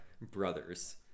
brothers